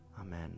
Amen